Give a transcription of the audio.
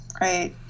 Right